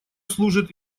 служит